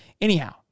anyhow